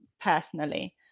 personally